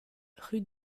rue